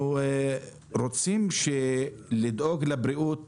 אנחנו רוצים לדאוג לבריאות